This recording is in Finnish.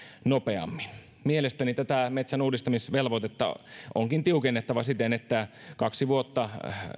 nopeammin mielestäni tätä metsän uudistamisvelvoitetta onkin tiukennettava siten että kaksi vuotta